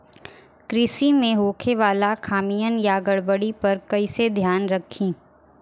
कृषि में होखे वाला खामियन या गड़बड़ी पर कइसे ध्यान रखि?